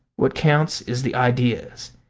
what counts is the ideals,